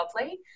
lovely